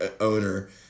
owner